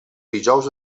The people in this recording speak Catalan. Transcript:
dijous